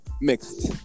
mixed